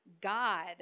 God